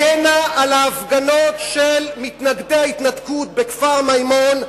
הגנה על ההפגנות של מתנגדי ההתנתקות בכפר-מימון,